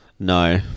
No